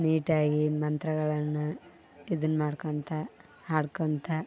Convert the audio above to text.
ನೀಟಾಗಿ ಮಂತ್ರಗಳನ್ನು ಇದನ್ನು ಮಾಡ್ಕೋತ ಹಾಡ್ಕೊತ